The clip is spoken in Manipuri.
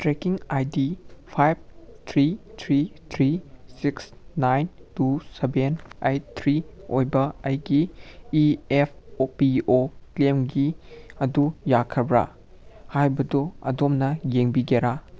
trekking I D five three three three six nine two seven eight three ꯑꯣꯏꯕ ꯑꯩꯒꯤ E F O P O ꯀ꯭ꯂꯦꯝꯒꯤ ꯑꯗꯨ ꯌꯥꯈ꯭ꯔꯕ ꯍꯥꯏꯕꯗꯣ ꯑꯗꯣꯝꯅ ꯌꯦꯡꯕꯤꯒꯦꯔꯥ